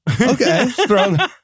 okay